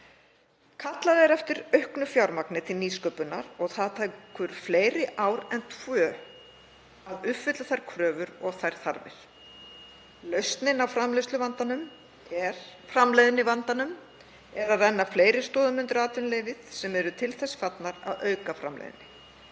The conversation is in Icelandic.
Kallað er eftir auknu fjármagni til nýsköpunar og það tekur fleiri ár en tvö að uppfylla þær kröfur og þær þarfir. Lausnin á framleiðnivandanum er að renna fleiri stoðum undir atvinnulífið sem eru til þess fallnar að auka framleiðni.